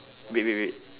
wait wait wait